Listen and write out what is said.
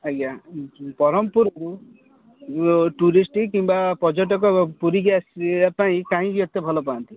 ଆଜ୍ଞା ବ୍ରହ୍ମପୁରକୁ ଟୁରିଷ୍ଟ କିମ୍ବା ପର୍ଯ୍ୟଟକ ପୁରୀକି ଆସିବା ପାଇଁ କାହିଁକି ଏତେ ଭଲ ପାଆନ୍ତି